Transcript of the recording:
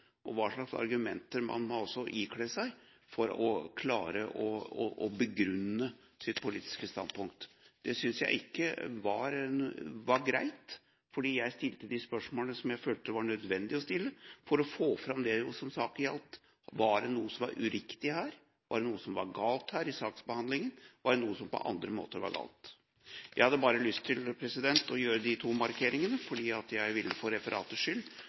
og hva slags argumenter man altså må ikle seg for å klare å begrunne sitt politiske standpunkt. Det synes jeg ikke var greit, for jeg stilte de spørsmålene jeg følte var nødvendig å stille for å få fram det saken gjaldt. Var det noe som var uriktig her? Var det noe som var galt her, i saksbehandlingen? Var det noe som på andre måter var galt? Jeg hadde bare lyst til å gjøre disse to markeringene, fordi jeg vil, for referatets skyld,